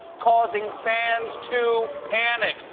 causing fans to panic.